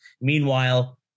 Meanwhile